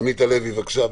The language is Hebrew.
עמית הלוי, בבקשה.